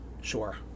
Sure